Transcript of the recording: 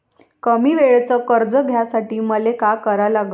कमी वेळेचं कर्ज घ्यासाठी मले का करा लागन?